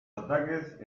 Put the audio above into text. ataques